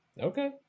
okay